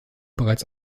bereits